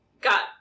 got